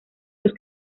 los